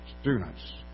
students